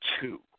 two